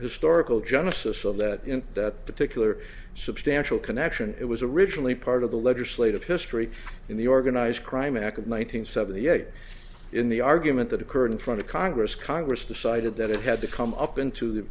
historical genesis of that in that particular substantial connection it was originally part of the legislative history in the organized crime act of one nine hundred seventy eight in the argument that occurred in front of congress congress decided that it had to come up into the